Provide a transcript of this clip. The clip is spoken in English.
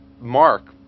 mark